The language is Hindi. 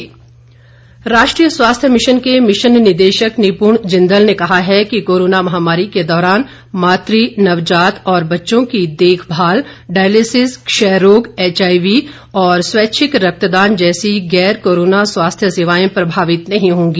स्वास्थ्य मिशन राष्ट्रीय स्वास्थ्य मिशन के मिशन निदेशक निपुण जिंदल ने कहा है कि कोरोना महामारी के दौरान मातू नवजात और बच्चों की देखभाल डायलिसिस क्षयरोग एचआईवी और स्वैच्छिक रक्तदान जैसी गैर कोरोना स्वास्थ्य सेवाएं प्रभावित नहीं होंगी